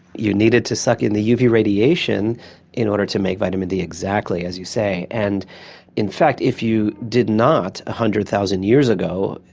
you needed to suck in the uv radiation in order to make vitamin d, exactly, as you say. and in fact if you did not, one ah hundred thousand years ago,